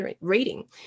reading